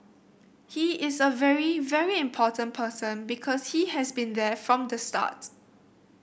he is a very very important person because he has been there from the start